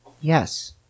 Yes